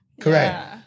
Correct